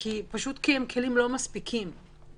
כי הם כלים לא מספיקים.